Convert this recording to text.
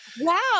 wow